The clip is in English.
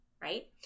right